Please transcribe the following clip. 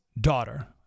daughter